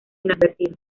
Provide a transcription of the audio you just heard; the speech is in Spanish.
inadvertido